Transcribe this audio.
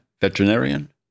veterinarian